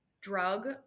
drug